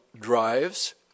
drives